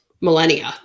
millennia